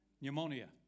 pneumonia